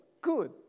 Good